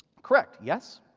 correct, yes?